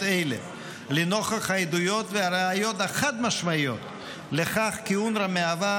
אלה לנוכח העדויות והראיות החד-משמעיות לכך כי אונר"א מהווה